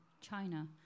China